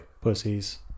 pussies